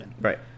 Right